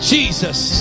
Jesus